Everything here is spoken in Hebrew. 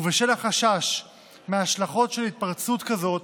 ובשל החשש מההשלכות של התפרצות כזאת